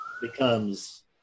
becomes